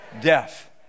death